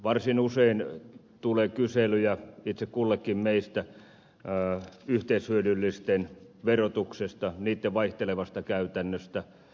varsin usein tulee kyselyjä itse kullekin meistä yleishyödyllisten verotuksesta niitten vaihtelevasta käytännöstä